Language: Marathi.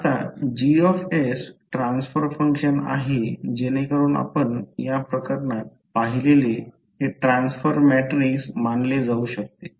आता G ट्रान्सफर फंक्शन आहे जेणेकरून आपण या प्रकरणात पाहिलेले हे ट्रान्सफर मॅट्रिक्स मानले जाऊ शकते